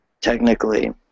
technically